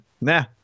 nah